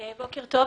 בוקר טוב.